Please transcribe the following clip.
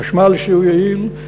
לחשמל שהוא יעיל,